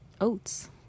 oats